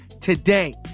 today